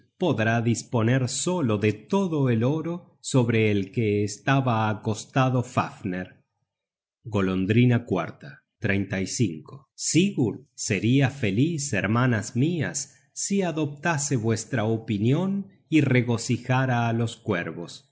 podrá disponer solo de todo el oro sobre el que estaba acostado fafner golondrina cuarta sigurd seria feliz hermanas mias si adoptase vuestra opinion y regocijara á los cuervos